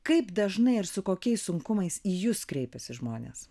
kaip dažnai ir su kokiais sunkumais į jus kreipiasi žmonės